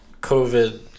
COVID